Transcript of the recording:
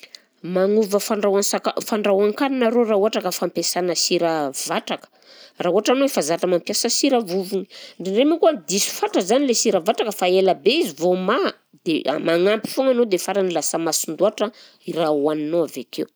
Magnova fandrahoan-tsaka- fandrahoan-kanina arô raha ohatra ka fampiasana sira vatraka, raha ohatra anao efa zatra mampiasa sira vovony, ndraindray manko a diso fatra izany le sira vatraka fa ela be izy vao maha dia a- magnampy foagna anao dia farany lasa masin-doatra i raha hohaninao avy akeo.